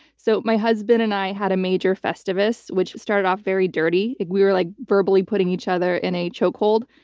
so my husband and i had a major festivus, which started off very dirty. we were like verbally putting each other in a chokehold.